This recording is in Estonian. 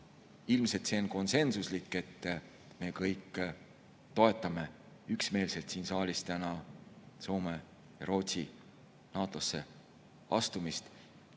Ilmselt see on konsensuslik, et me kõik toetame üksmeelselt siin saalis täna Soome ja Rootsi NATO-sse astumist.